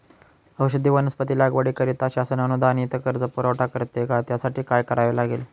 औषधी वनस्पती लागवडीकरिता शासन अनुदानित कर्ज पुरवठा करते का? त्यासाठी काय करावे लागेल?